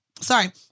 sorry